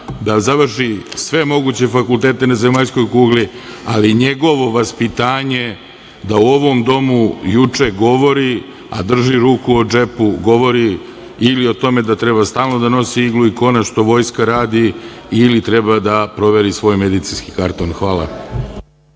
da završi sve moguće fakultete na zemaljskoj kugli, ali njegovo vaspitanje da u ovom domu juče govori a drži ruku u džepu, govori ili o tome da treba stalno da nosi iglu i konac, što vojska radi, ili treba da proveri svoj medicinski karton. Hvala.